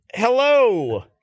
Hello